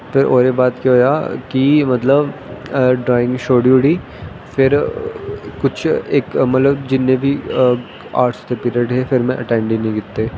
ते ओह्दे बाद केह् होया मतलव कि ड्राईंग छोड़ी ओड़ी फिर कुछ मतलव जिन्नें बी आर्टस दे पीर्ड़ हे फिर में अटैंड गै नी कीते